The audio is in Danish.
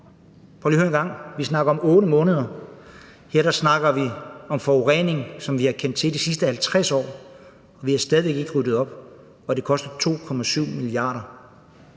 Dér snakker vi om 8 måneder, og her snakker vi om forurening, som vi har kendt til i de sidste 50 år; vi har stadig væk ikke ryddet op, og det koster 2,7 mia. kr.